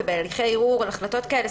ובהליכי ערעור על החלטות כאלה,